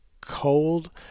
cold